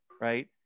right